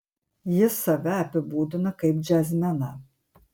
jis save apibūdina kaip džiazmeną